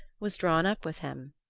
was drawn up with him.